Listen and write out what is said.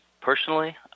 Personally